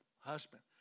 husband